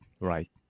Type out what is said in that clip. right